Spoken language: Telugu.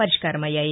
పరిష్కారమయ్యాయి